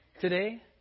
today